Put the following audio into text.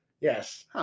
Yes